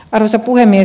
arvoisa puhemies